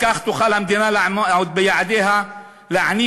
רק כך תוכל המדינה לעמוד ביעדיה ולהעניק